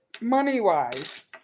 money-wise